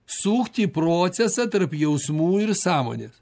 sukti į procesą tarp jausmų ir sąmonės